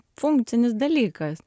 funkcinis dalykas